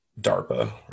DARPA